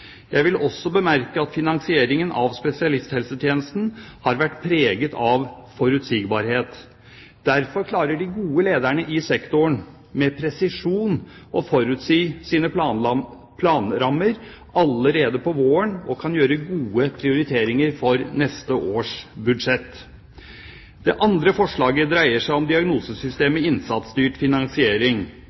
Jeg vil også bemerke at finansieringen av spesialisthelsetjenesten har vært preget av forutsigbarhet. Derfor klarer de gode lederne i sektoren med presisjon å forutsi sine planrammer allerede på våren og kan gjøre gode prioriteringer for neste års budsjett. Det andre forslaget dreier seg om diagnosesystemet i innsatsstyrt finansiering.